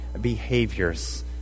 behaviors